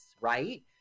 right